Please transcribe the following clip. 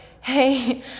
hey